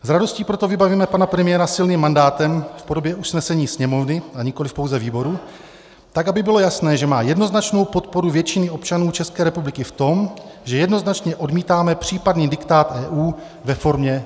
S radostí proto vybavíme pana premiéra silným mandátem v podobě usnesení Sněmovny, a nikoliv pouze výboru, tak aby bylo jasné, že má jednoznačnou podporu většiny občanů České republiky v tom, že jednoznačně odmítáme případný diktát EU ve formě Dublin IV.